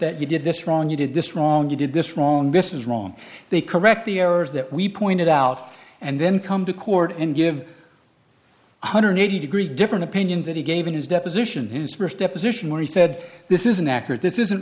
that you did this wrong you did this wrong you did this wrong this is wrong they correct the errors that we pointed out and then come to court and give one hundred and eighty degrees different opinions that he gave in his deposition his st deposition where he said this isn't accurate this isn't